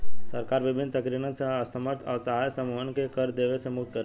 सरकार बिभिन्न तरीकन से असमर्थ असहाय समूहन के कर देवे से मुक्त करेले